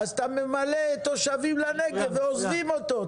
אז אתה ממלא תושבים לנגב ועוזבים אותו.